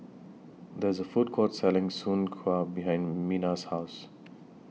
There IS A Food Court Selling Soon Kuih behind Minna's House